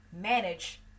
manage